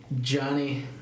Johnny